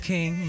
King